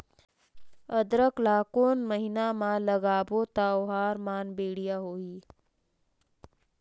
अदरक ला कोन महीना मा लगाबो ता ओहार मान बेडिया होही?